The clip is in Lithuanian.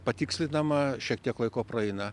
patikslinama šiek tiek laiko praeina